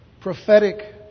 prophetic